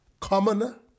commoner